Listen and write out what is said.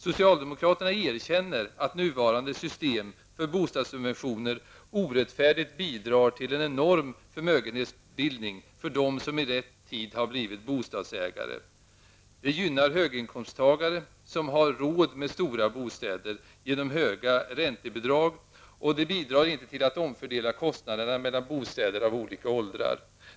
Socialdemokraterna erkänner att nuvarande system för bostadssubventioner orättfärdigt bidrar till en enorm förmögenhetsbildning för dem som i rätt tid blivit bostadsägare. Det gynnar höginkomsttagare som genom höga räntebidrag har råd med stora bostäder, och det bidrar inte till att omfördela kostnaderna mellan bostäder av olika åldrar.